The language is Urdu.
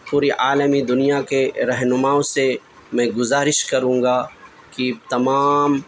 پوری عالمی دنیا کے رہنماؤں سے میں گزارش کروں گا کہ تمام